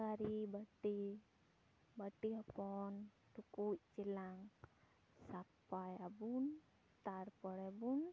ᱛᱷᱟᱹᱨᱤ ᱵᱟᱹᱴᱤ ᱵᱟᱹᱴᱤ ᱦᱚᱯᱚᱱ ᱴᱩᱠᱩᱡ ᱪᱮᱞᱟᱝ ᱥᱟᱯᱟᱭᱟᱵᱚᱱ ᱛᱟᱨᱯᱚᱨᱮ ᱵᱚᱱ